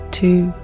two